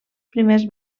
primers